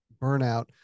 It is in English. burnout